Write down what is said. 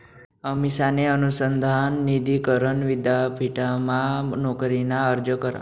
अमिषाने अनुसंधान निधी करण विद्यापीठमा नोकरीना अर्ज करा